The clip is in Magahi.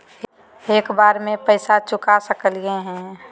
एक बार में पैसा चुका सकालिए है?